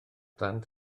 ddant